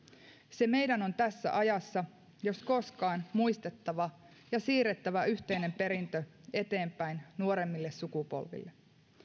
se meidän on tässä ajassa jos koskaan muistettava ja siirrettävä yhteinen perintö eteenpäin nuoremmille sukupolville